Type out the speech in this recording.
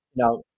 Now